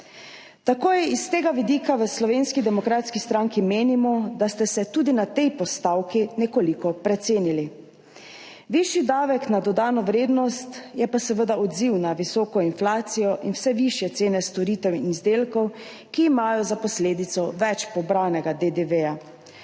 Tako s tega vidika v Slovenski demokratski stranki menimo, da ste se tudi na tej postavki nekoliko precenili. Višji davek na dodano vrednost je pa seveda odziv na visoko inflacijo in vse višje cene storitev in izdelkov, ki imajo za posledico več pobranega DDV.